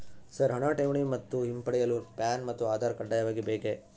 Sir ಹಣ ಠೇವಣಿ ಮತ್ತು ಹಿಂಪಡೆಯಲು ಪ್ಯಾನ್ ಮತ್ತು ಆಧಾರ್ ಕಡ್ಡಾಯವಾಗಿ ಬೇಕೆ?